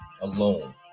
alone